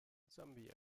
sambia